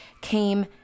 came